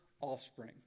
offspring